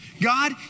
God